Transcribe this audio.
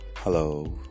Hello